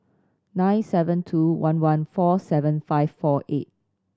nine seven two one one four seven five four eight